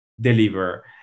deliver